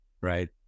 right